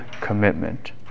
commitment